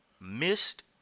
missed